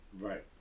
Right